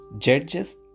Judges